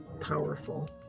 powerful